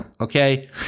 Okay